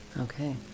Okay